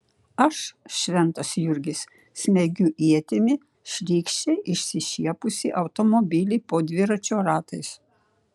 aš šventas jurgis smeigiu ietimi šlykščiai išsišiepusį automobilį po dviračio ratais